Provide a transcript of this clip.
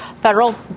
Federal